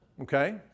Okay